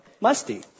musty